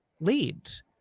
leads